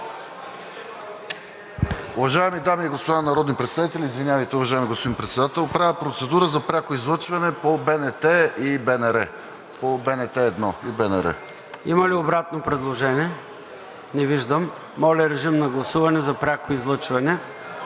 Уважаеми дами и господа народни представители! Извинявайте, уважаеми господин Председател, правя процедура за пряко излъчване по БНТ 1 и БНР. ПРЕДСЕДАТЕЛ ЙОРДАН ЦОНЕВ: Има ли обратно предложение? Не виждам. Моля, режим на гласуване за пряко излъчване